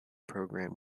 program